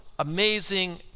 Amazing